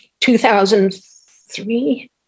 2003